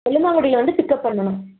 கொல்லுமாங்குடியில் வந்து பிக்அப் பண்ணனும்